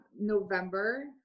november